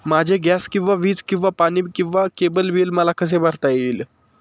माझे गॅस किंवा वीज किंवा पाणी किंवा केबल बिल मला कसे भरता येईल?